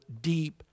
deep